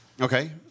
okay